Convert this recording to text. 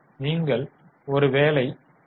நீங்கள் ஒருவேளை டி